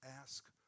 Ask